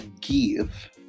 give